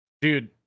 dude